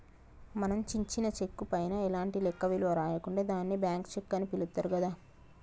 మనం చించిన చెక్కు పైన ఎలాంటి లెక్క విలువ రాయకుంటే దాన్ని బ్లాంక్ చెక్కు అని పిలుత్తారు గదా